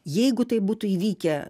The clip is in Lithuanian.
jeigu tai būtų įvykę